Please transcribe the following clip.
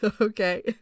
Okay